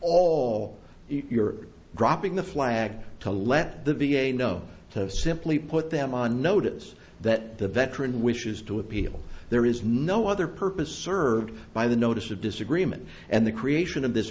all you're dropping the flag to let the v a know simply put them on notice that the veteran wishes to appeal there is no other purpose served by the notice of disagreement and the creation of this